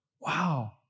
Wow